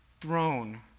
throne